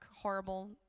horrible